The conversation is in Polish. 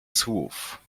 słów